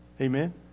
Amen